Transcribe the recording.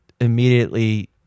immediately